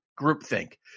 groupthink